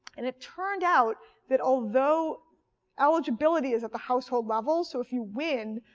and it turned out that although eligibility is at the household level so if you win,